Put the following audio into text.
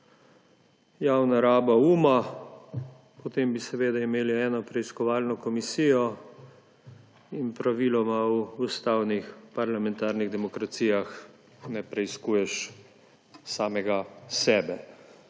javna raba uma, potem bi imeli eno preiskovalno komisijo in praviloma v ustavnih parlamentarnih demokracijah ne preiskuješ samega sebe.